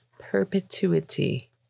perpetuity